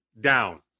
down